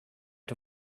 too